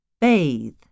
Bathe